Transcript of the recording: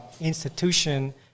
institution